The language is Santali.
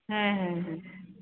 ᱦᱮᱸ ᱦᱮᱸ